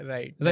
Right